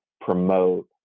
promote